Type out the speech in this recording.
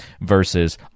versus